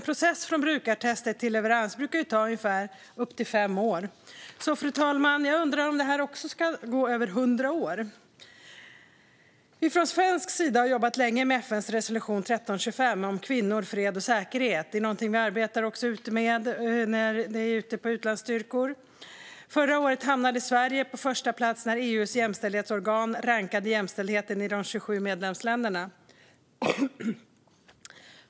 Processen från brukartester till leverans brukar ta upp till 5 år, så jag undrar om det här också ska ta 100 år. Från svensk sida har vi jobbat länge med FN:s resolution 1325 om kvinnor, fred och säkerhet. Det är något vi arbetar med också i utlandsstyrkorna. Förra året hamnade Sverige på första plats när EU:s jämställdhetsorgan rankade jämställdheten i de 27 medlemsländerna.